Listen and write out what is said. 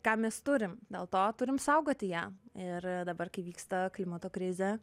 ką mes turim dėl to turim saugoti ją ir dabar kai vyksta klimato krizė